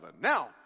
Now